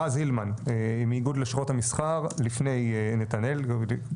רז הילמן מאיגוד לשכות המסחר לפני נתנאל.